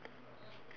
!huh! ya